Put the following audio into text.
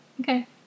Okay